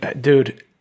Dude